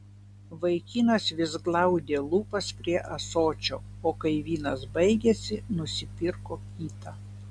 vaikinas vis glaudė lūpas prie ąsočio o kai vynas baigėsi nusipirko kitą